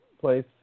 place